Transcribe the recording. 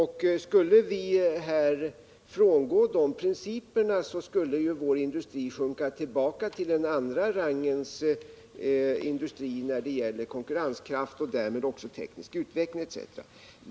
Skulle vi frångå de principerna, skulle vår industri sjunka tillbaka till en andra rangens industri beträffande konkurrenskraft och därmed också teknisk utveckling etc.